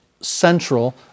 central